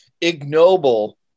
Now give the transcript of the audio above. ignoble